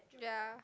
ya